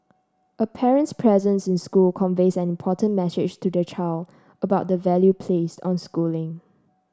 a parent's presence in school conveys an important message to the child about the value placed on schooling